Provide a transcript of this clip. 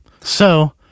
So-